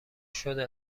شده